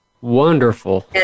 Wonderful